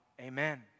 Amen